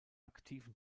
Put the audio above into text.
aktiven